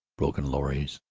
broken lorries,